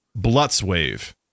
Blutzwave